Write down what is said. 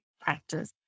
practice